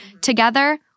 together